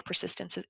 persistence